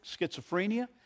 schizophrenia